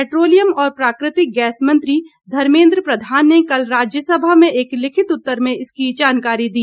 petroleum और प्राकृतिक gas मंत्री धर्मेन्द्र प्रधान ने कल राज्यसभा में एक लिखित उत्तर में इसकी जानकारी दी